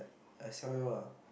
I sell you all lah